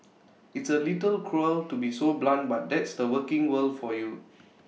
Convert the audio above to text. it's A little cruel to be so blunt but that's the working world for you